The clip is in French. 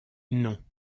non